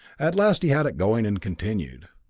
at last he had it going and continued.